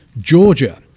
Georgia